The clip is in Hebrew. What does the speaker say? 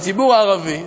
הציבור הערבי,